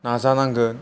नाजानांगोन